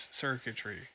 circuitry